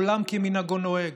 עולם כמנהגו נוהג.